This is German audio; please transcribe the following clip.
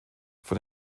von